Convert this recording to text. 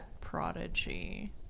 Prodigy